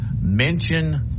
mention